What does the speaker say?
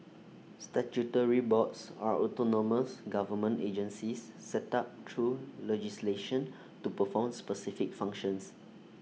statutory boards are autonomous government agencies set up through legislation to perform specific functions